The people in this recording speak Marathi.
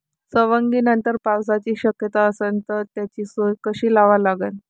सवंगनीनंतर पावसाची शक्यता असन त त्याची सोय कशी लावा लागन?